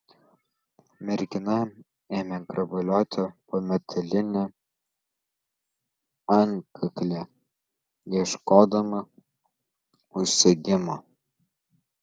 mergina ėmė grabalioti po metalinį antkaklį ieškodama užsegimo